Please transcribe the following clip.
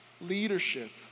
leadership